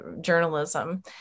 journalism